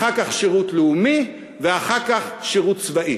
אחר כך שירות לאומי, ואחר כך שירות צבאי.